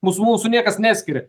mūs mūsų niekas neskiria